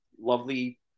lovely